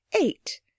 eight